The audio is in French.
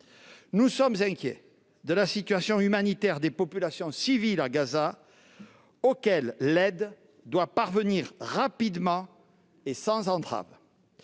Nous sommes inquiets de la situation humanitaire des populations civiles à Gaza, auxquelles l'aide doit parvenir rapidement et sans entrave.